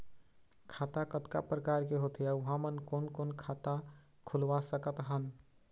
खाता कतका प्रकार के होथे अऊ हमन कोन कोन खाता खुलवा सकत हन?